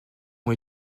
ont